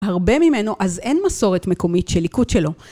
הרבה ממנו אז אין מסורת מקומית שליקוט שלו.